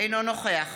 אינו נוכח